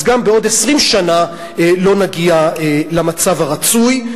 אז גם בעוד 20 שנה לא נגיע למצב הרצוי,